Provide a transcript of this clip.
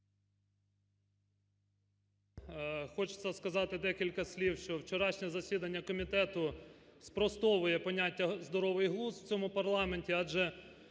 Хочеться сказати декілька слів, що вчорашнє засідання комітету спростовує поняття здоровий глузд в цьому парламенті адже